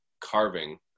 carving